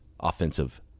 offensive